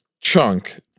Chunk